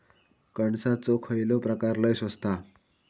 कणसाचो खयलो प्रकार लय स्वस्त हा?